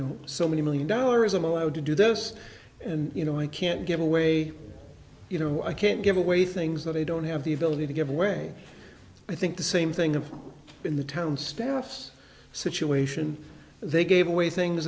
know so many million dollars i'm allowed to do those and you know i can't give away you know i can't give away things that i don't have the ability to give away i think the same thing and in the town staff's situation they gave away things